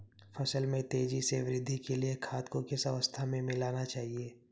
फसल में तेज़ी से वृद्धि के लिए खाद को किस अवस्था में मिलाना चाहिए?